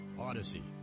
Odyssey